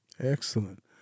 Excellent